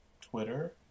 Twitter